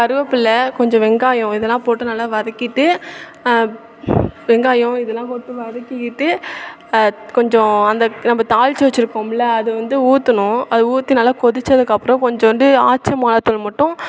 கருவேப்பில்லை கொஞ்சம் வெங்காயம் இதெல்லாம் போட்டு நல்லா வதக்கிட்டு வெங்காயம் இதெல்லாம் போட்டு வதக்கிக்கிட்டு கொஞ்சம் அந்த நம்ம தாளித்து வச்சிருப்போம்ல அது வந்து ஊற்றணும் அது ஊற்றி நல்லா கொதிச்சதுக்கப்புறம் கொஞ்சண்டு ஆச்சி மிளகாத்தூள் மட்டும்